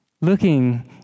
looking